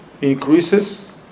increases